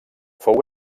fou